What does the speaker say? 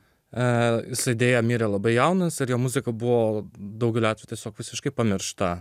e jisai dėja mirė labai jaunas ir jo muzika buvo daugeliu atvejų tiesiog visiškai pamiršta